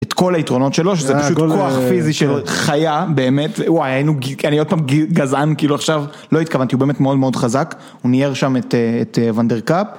את כל היתרונות שלו, שזה פשוט כוח פיזי של חיה, באמת, וואי, אני עוד פעם גזען, כאילו עכשיו לא התכוונתי, הוא באמת מאוד מאוד חזק, הוא ניער שם את וונדלפארק.